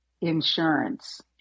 insurance